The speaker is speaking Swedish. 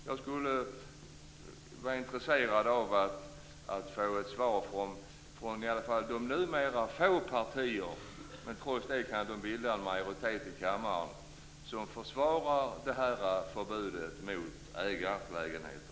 Jag skulle vara intresserad av att få ett svar på detta från något av de numera få partier - även om de har majoritet i kammaren - som försvarar förbudet mot ägarlägenheter.